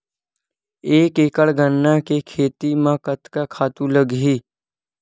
एक एकड़ गन्ना के खेती म कतका खातु लगही?